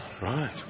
Right